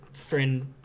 friend